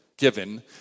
given